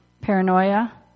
paranoia